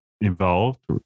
involved